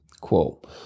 Quote